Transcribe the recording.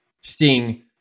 Sting